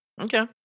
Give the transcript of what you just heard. okay